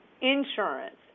insurance